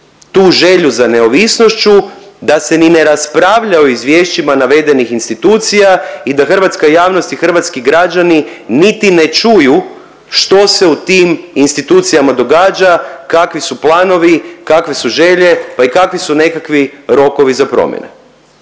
tu želju za neovisnošću, da se ni ne raspravlja o izvješćima navedenih institucija i da hrvatska javnosti i hrvatski građani niti ne čuju što se u tim institucijama događa, kakvi su planovi, kakve su želje, pa i kakvi su nekakvi rokovi za promjene